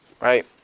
Right